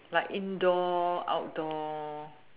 like indoor outdoor